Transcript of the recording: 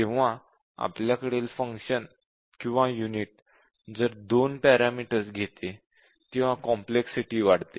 जेव्हा आपल्याकडील फंक्शन किंवा युनिट जर दोन पॅरामीटर्स घेते तेव्हा कॉम्प्लेक्सिटी वाढते